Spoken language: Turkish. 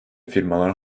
firmalar